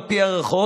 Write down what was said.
על פי ההערכות,